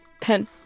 pen